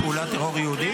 פעולת טרור יהודי.